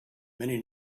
many